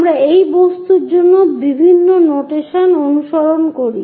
আমরা এই বস্তুর জন্য বিভিন্ন নোটেশন অনুসরণ করি